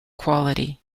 quality